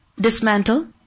Dismantle